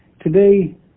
Today